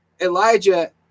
Elijah